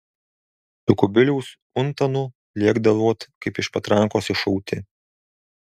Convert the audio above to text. su kubiliaus untanu lėkdavot kaip iš patrankos iššauti